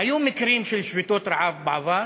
היו מקרים של שביתות רעב בעבר,